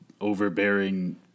overbearing